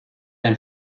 ein